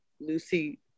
lucy